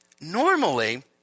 normally